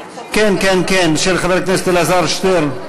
חבר הכנסת אלעזר שטרן: